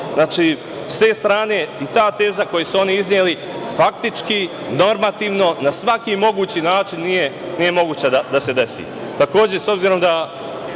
dešava. Znači, s te strane i ta teza koju su oni izneli faktički, normativno, na svaki mogući način nije moguće da se desi.